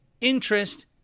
interest